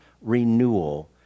renewal